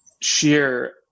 sheer